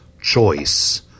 choice